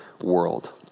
world